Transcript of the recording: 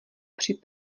při